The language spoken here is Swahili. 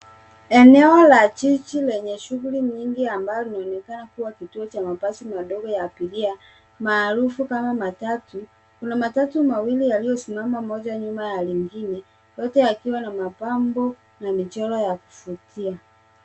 Eneo la jiji lenye shughuli nyingi ambalo linaonekana kuwa kituo cha mabasi madogo ya abiria maarufu kama matatu. Kuna matatu mawili yaliyosimama, moja nyuma ya lingine. Yote yakiwa na mapambo na michoro ya kuvutia.